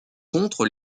contre